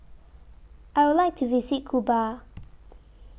I Would like to visit Cuba